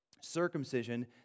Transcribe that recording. Circumcision